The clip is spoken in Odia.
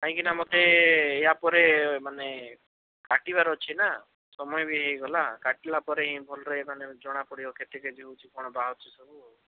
କାହିଁକି ନା ମୋତେ ୟା ପରେ ମାନେ କାଟିବାର ଅଛି ନା ସମୟ ବି ହେଇଗଲା କାଟିଲା ପରେ ହିଁ ଭଲରେ ମାନେ ଜଣାପଡ଼ିବ କେତେ କେଜି ହେଉଛି କ'ଣ ବାହାରୁଛି ସବୁ ଆଉ